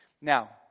Now